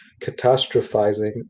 catastrophizing